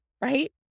right